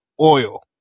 Oil